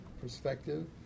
perspective